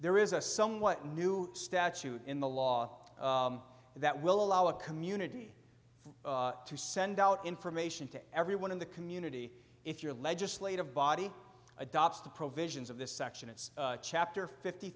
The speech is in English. there is a somewhat new statute in the law that will allow a community to send out information to everyone in the community if your legislative body adopts the provisions of this section it's chapter fifty